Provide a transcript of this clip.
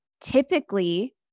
typically